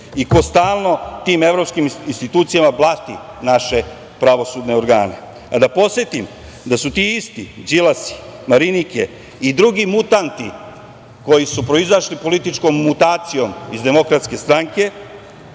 i ko stalno tim evropskim institucijama blati naše pravosudne organe. Da podsetim da su ti isti Đilasi, Marinike i drugi mutanti koji su proizašli političkom mutacijom iz Demokratske stranke,